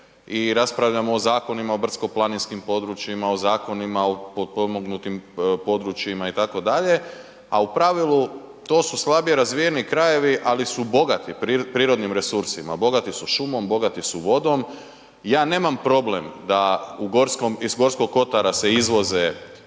i raspravljamo o zakonima o brdsko-planinskim područjima, o zakonima o potpomognutim područjima itd., a u pravilu to su slabije razvijeni krajevi, ali su bogati prirodnim resursima. Bogati su šumom, bogati su vodom, ja nemam problem da iz Gorskog kotara se izvoze